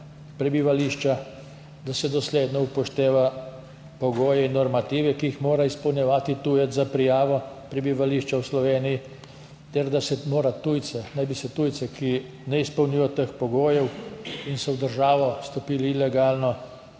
prebivališča, da se dosledno upošteva pogoje in normative, ki jih mora izpolnjevati tujec za prijavo prebivališča v Sloveniji, ter da naj bi se za tujce, ki ne izpolnjujejo teh pogojev in so v državo vstopili ilegalno